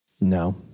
no